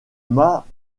mas